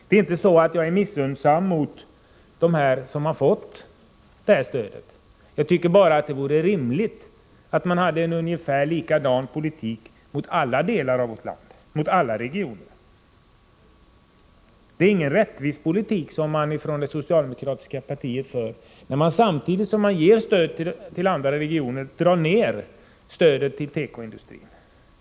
Det är inte så att jag är missunnsam mot dem som fått stödet, men jag tycker att det vore rimligt att man förde ungefär likadan politik i alla regioner och i alla delar av landet. Det är en orättvis politik som det socialdemokratiska partiet för när man ger stöd till en del regioner samtidigt som man drar ned stödet till tekoindustrin.